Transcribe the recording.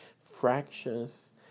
fractious